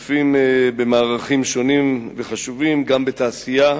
שותף במערכים שונים וחשובים גם בתעשייה,